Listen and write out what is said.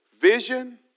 vision